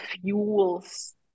fuels